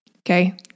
okay